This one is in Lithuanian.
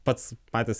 pats patys